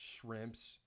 shrimps